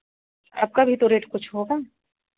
आपका भी तो रेट कुछ होगा